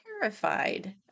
terrified